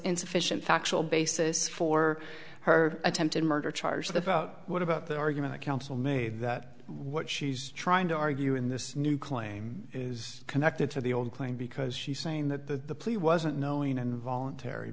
insufficient factual basis for her attempted murder charge the about what about the argument of counsel made that what she's trying to argue in this new claim is connected to the old claim because she's saying the plea wasn't knowing and voluntary